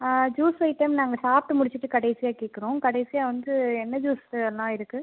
ஆ juice item நாங்கள் சாப்பிட்டு முடிச்சிவிட்டு கடைசியாக கேட்குறோம் கடைசியாக வந்து என்ன ஜூஸ் எல்லாம் இருக்கு